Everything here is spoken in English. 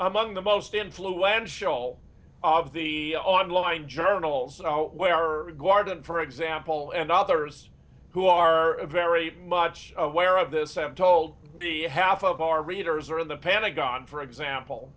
among the most influential of the online journals where our garden for example and others who are very much aware of this i'm told the half of our readers are in the pentagon for example